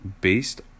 based